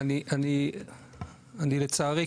לצערי,